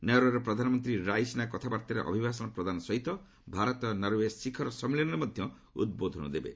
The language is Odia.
ନରୱେର ପ୍ରଧାନମନ୍ତ୍ରୀ ରାଇସିନା କଥାବାର୍ଭାରେ ଅଭିଭାଷଣ ପ୍ରଦାନ ସହିତ ଭାରତ ନରଓ୍ଦେ ଶିଖର ସମ୍ମିଳନୀରେ ମଧ୍ୟ ଉଦ୍ବୋଧନ ଦେବେ